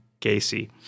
Gacy